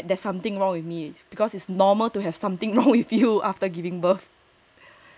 ya really don't don't be scared to feel that there's something wrong with me because it's normal to have something wrong with you after giving birth